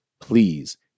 please